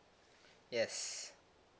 yes